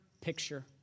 picture